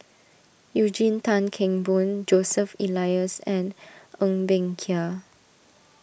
Eugene Tan Kheng Boon Joseph Elias and Ng Bee Kia